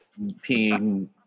peeing